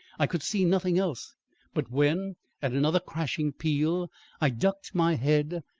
i could see nothing else but, when at another crashing peal i ducked my head,